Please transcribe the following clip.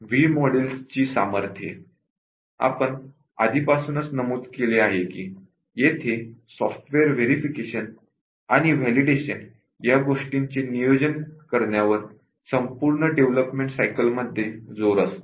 V model ची सामर्थ्ये आपण आधीच नमूद केले आहे की येथे सॉफ्टवेअर व्हेरिफिकेशन आणि व्हॅलिडेशन या गोष्टींचे नियोजन करण्यावर संपूर्ण डेव्हलपमेंट सायकल मध्ये जोर असतो